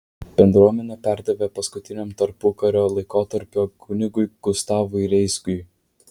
bendruomenę perdavė paskutiniam tarpukario laikotarpio kunigui gustavui reisgiui